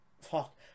Fuck